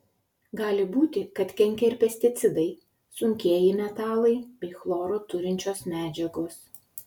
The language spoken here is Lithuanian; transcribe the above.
gali būti kad kenkia ir pesticidai sunkieji metalai bei chloro turinčios medžiagos